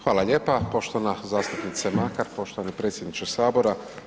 Hvala lijepa poštovana zastupnice Makar, poštovani predsjedniče Sabora.